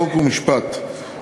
חוק ומשפט,